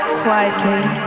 quietly